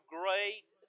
great